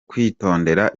kwitondera